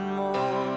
more